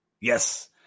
Yes